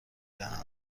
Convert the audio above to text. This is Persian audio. دهند